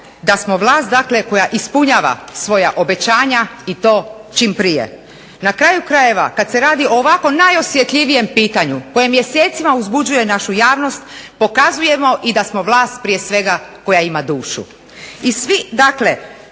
da smo vlast koja ispunjava svoja obećanja i to čim prije. Na kraju krajeva kada se radi o ovako najosjetljivijem pitanju koje mjesecima uzbuđuje našu javnost, pokazujemo prije svega da smo vlast koja ima dušu